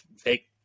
fake